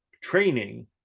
training